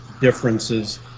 differences